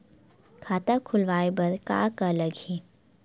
खाता खुलवाय बर का का लगही?